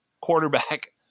quarterback